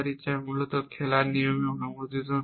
যা মূলত খেলার নিয়মে অনুমোদিত নয়